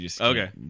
Okay